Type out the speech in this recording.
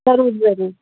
ज़रूरु ज़रूरु